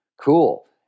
Cool